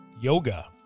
Yoga